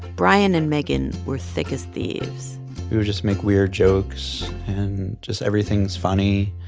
brian and megan were thick as thieves we would just make weird jokes. and just everything was funny.